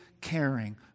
caring